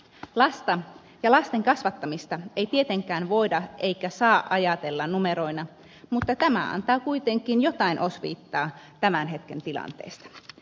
lasta ja lasten kasvattamista ei tietenkään voida eikä saa ajatella numeroina mutta tämä antaa kuitenkin jotain osviittaa tämän hetken tilanteesta